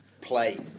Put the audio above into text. play